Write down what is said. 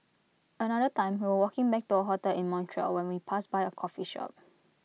another time we were walking back to our hotel in Montreal when we passed by A coffee shop